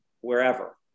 wherever